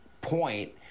point